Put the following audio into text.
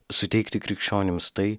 suteikti krikščionims tai